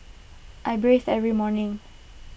I bathe every morning